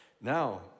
Now